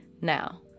Now